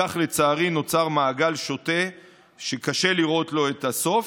כך נוצר מעגל שוטה שקשה לראות לו את הסוף.